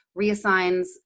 reassigns